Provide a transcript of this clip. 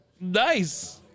Nice